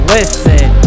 Listen